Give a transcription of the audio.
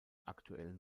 aktuellen